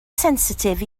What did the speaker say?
sensitif